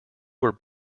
were